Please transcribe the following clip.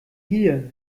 hier